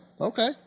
okay